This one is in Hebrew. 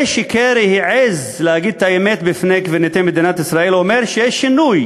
זה שקֶרי העז להגיד את האמת בפני קברניטי מדינת ישראל אומר שיש שינוי